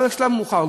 אבל בשלב יותר מאוחר.